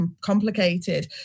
Complicated